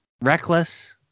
Reckless